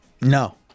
no